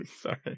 Sorry